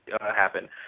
happen